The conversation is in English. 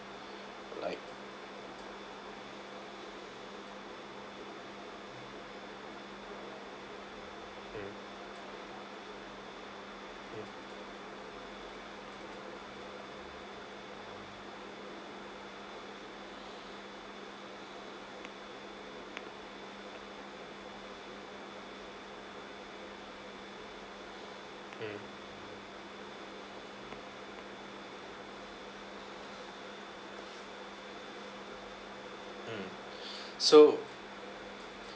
like mm mm mm mm so